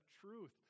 truth